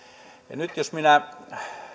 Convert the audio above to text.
ja nyt jos minä